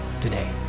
today